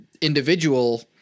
individual